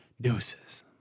Deuces